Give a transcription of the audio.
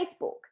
Facebook